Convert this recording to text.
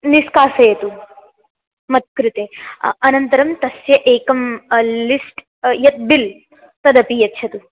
निष्कासयतु मत्कृते अनन्तरं तस्य एकं लिस्ट् यत् बिल् तदपि यच्छतु